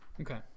Okay